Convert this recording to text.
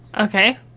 Okay